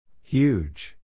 Huge